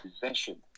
possession